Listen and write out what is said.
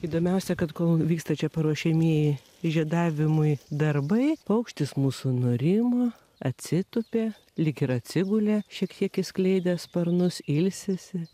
įdomiausia kad kol vyksta čia paruošiamieji žiedavimui darbai paukštis mūsų nurimo atsitūpė lyg ir atsigulė šiek tiek išskleidęs sparnus ilsisi